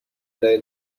ارائه